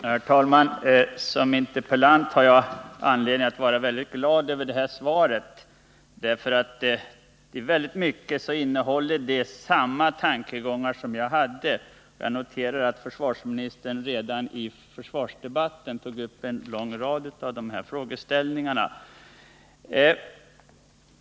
Herr talman! Som interpellant har jag anledning att vara glad över det här svaret, eftersom det i mycket innehåller samma tankegångar som dem som jag har. Jag noterade att försvarsministern redan i försvarsdebatten tog upp en lång rad av de här frågeställningarna.